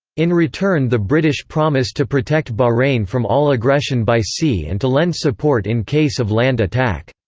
in return the british promised to protect bahrain from all aggression by sea and to lend support in case of land attack.